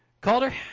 Calder